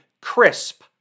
crisp